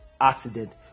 accident